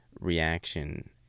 reaction